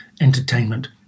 entertainment